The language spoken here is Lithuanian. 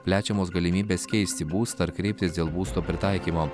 plečiamos galimybės keisti būstą ar kreiptis dėl būsto pritaikymo